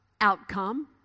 outcome